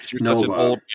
No